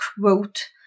quote